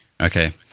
okay